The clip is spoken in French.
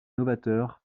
novateur